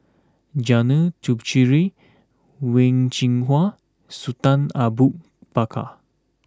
Janil Puthucheary Wen Jinhua Sultan Abu Bakar